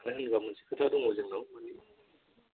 दा नैबाव मोनसे खोथा दङ जोंनाव मानि